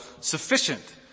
sufficient